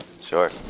Sure